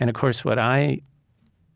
and, of course, what i